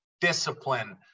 discipline